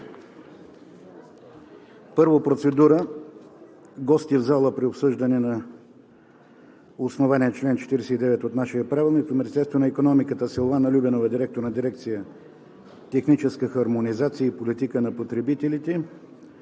Първо – процедура: гости в залата при обсъждането. На основание чл. 49 от нашия Правилник от Министерството на икономиката: Силвана Любенова – директор на дирекция „Техническа хармонизация и политика на потребителите“,